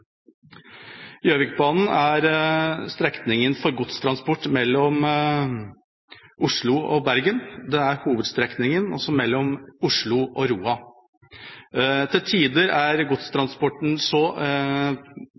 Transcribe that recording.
Gjøvikbanen er strekningen for godstransport mellom Oslo og Bergen. Det er hovedstrekningen mellom Oslo og Roa. Til tider er godstransporten så